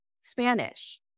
Spanish